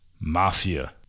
Mafia